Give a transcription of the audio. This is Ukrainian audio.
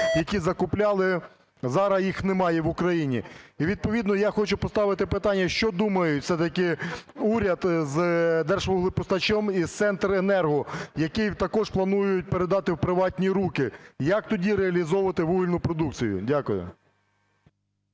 які закупляли, зараз їх немає в Україні. І відповідно я хочу поставити питання, що думає все-таки уряд з "Держвуглепостачем" і з "Центренерго", які також планують передати в приватні руки, як тоді реалізовувати вугільну продукцію? Дякую.